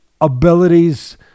abilities